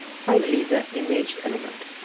finally the image element.